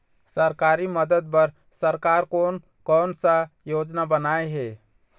सरकारी मदद बर सरकार कोन कौन सा योजना बनाए हे?